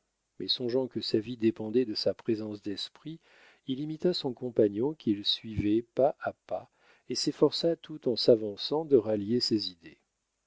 mais songeant que sa vie dépendait de sa présence d'esprit il imita son compagnon qu'il suivait pas à pas et s'efforça tout en s'avançant de rallier ses idées